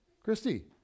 Christy